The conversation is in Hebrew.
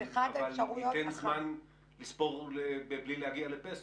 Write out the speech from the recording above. אבל ייתן זמן לספור בלי להגיע לפסח.